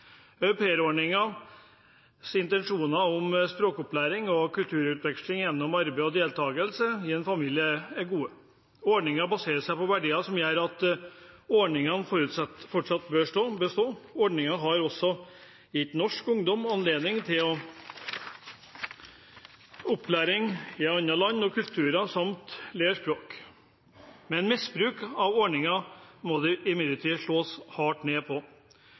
intensjoner om språkopplæring og kulturutveksling gjennom arbeid og deltakelse i en familie er gode. Ordningen baserer seg på verdier som gjør at ordningen fortsatt bør bestå. Ordningen har også gitt norsk ungdom anledning til opplæring i andre land og kulturer samt språk. Misbruk av ordningen må det imidlertid slås hardt ned på.